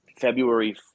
February